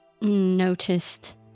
noticed